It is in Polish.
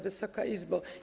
Wysoka Izbo!